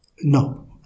No